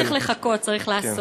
לא צריך לחכות, צריך לעשות.